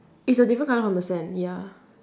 it's a different colour from the sand ya